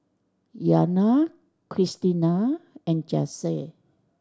Iyana Kristina and Jase